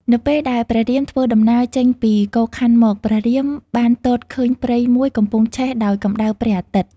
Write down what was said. នៅពេលដែលព្រះរាមធ្វើដំណើរចេញពីកូខ័នមក ព្រះរាម បានទតឃើញព្រៃមួយកំពុងឆេះដោយកំដៅព្រះអាទិត្យ។